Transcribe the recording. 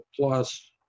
plus